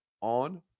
on